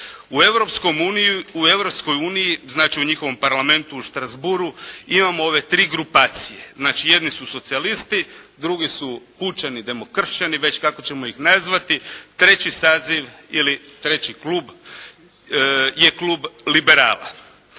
uniji, znači u njihovom parlamentu u Strasbourgu imamo ove tri grupacije. Znači jedni su socijalisti, drugi su pučeni demokršćani već kako ćemo ih nazvati, treći saziv ili treći klub je klub liberala.